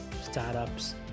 startups